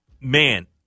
man